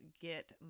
get